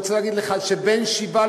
אני רוצה להגיד לך שעל 7,